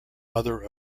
mother